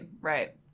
right